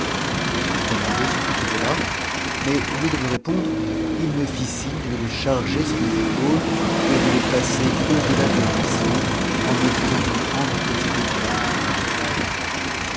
e lui demandai ce qu'il faisait là mais au lieu de me répondre il me fit signe de le charger sur mes épaules et de le passer au-delà du ruisseau en me faisant comprendre que c'était pour cueillir des fruits